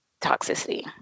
toxicity